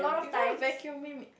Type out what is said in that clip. if I have vacuum me me